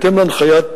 תודה.